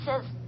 says